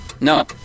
No